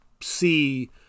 see